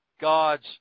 god's